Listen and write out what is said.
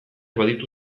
baditu